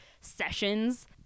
sessions